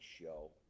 show